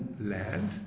land